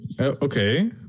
okay